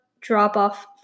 drop-off